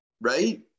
right